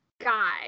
guy